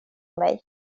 mig